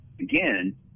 Again